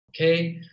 Okay